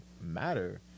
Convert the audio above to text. matter